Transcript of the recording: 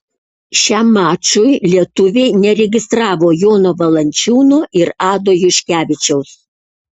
šiam mačui lietuviai neregistravo jono valančiūno ir ado juškevičiaus